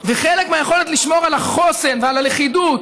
זה חלק מהיכולת לשמור על החוסן ועל הלכידות.